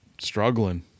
struggling